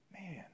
man